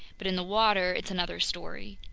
but in the water it's another story.